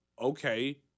okay